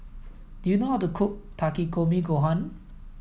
do you know how to cook Takikomi Gohan